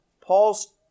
Paul's